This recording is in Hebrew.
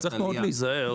צריך להיזהר מאוד.